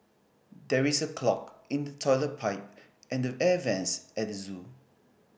there is a clog in the toilet pipe and the air vents at the zoo